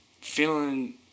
feeling